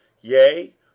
yea